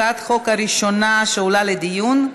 הצעת החוק הראשונה שעולה לדיון: